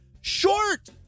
short